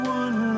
one